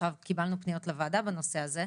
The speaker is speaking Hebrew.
קיבלנו פניות לוועדה בנושא הזה,